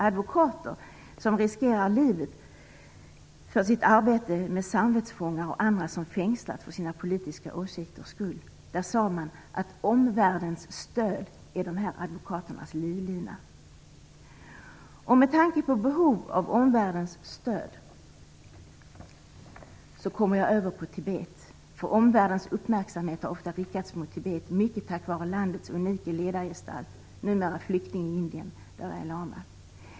Advokater riskerar där livet för sitt arbete med samvetsfångar och andra som fängslats för sina politiska åsikters skull. Man sade att omvärldens stöd är de här advokaternas livlina. Med tanke på behov av omvärldens stöd kommer jag över till Tibet. Omvärldens uppmärksamhet har ofta riktats mot Tibet, mycket tack vare landets unike ledargestalt, numera flykting i Indien, Dalai Lama.